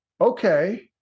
okay